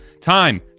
Time